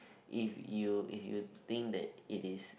if you if you think that it is